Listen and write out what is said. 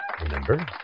Remember